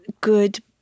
good